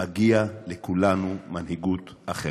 מגיעה לכולנו מנהיגות אחרת.